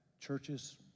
churches